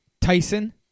Tyson